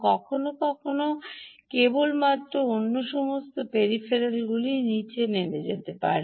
কখনও কখনও কেবলমাত্র অন্য সমস্ত পেরিফেরিয়ালগুলি নিচে নেমে যেতে পারে